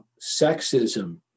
sexism